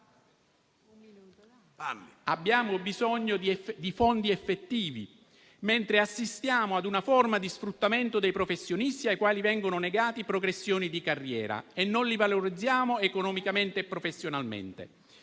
abbiamo bisogno di fondi effettivi, mentre assistiamo ad una forma di sfruttamento dei professionisti, ai quali vengono negate le progressioni di carriera; non li valorizziamo economicamente e professionalmente.